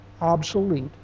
obsolete